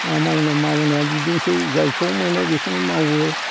मा मावनो मावनाया बिदिनोसै जायखौ मोनो बिखौनो मावो